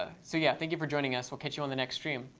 so yeah, thank you for joining us. we'll catch you on the next stream.